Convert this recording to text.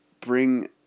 bring